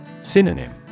Synonym